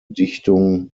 dichtung